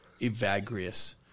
Evagrius